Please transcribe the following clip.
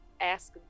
ask